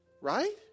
right